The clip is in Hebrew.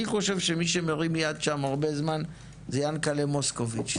אני חושב שמי שמרים יד שם הרבה זמן זה יענקל'ה מוסקוביץ.